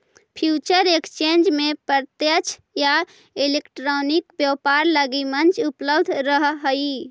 future exchange में प्रत्यक्ष या इलेक्ट्रॉनिक व्यापार लगी मंच उपलब्ध रहऽ हइ